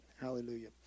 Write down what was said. Hallelujah